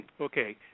Okay